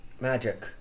magic